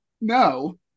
No